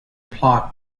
plaque